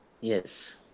Yes